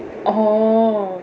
oh